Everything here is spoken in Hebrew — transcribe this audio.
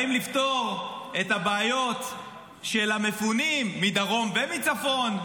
באים לפתור את הבעיות של המפונים מדרום ומצפון,